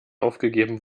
aufgegeben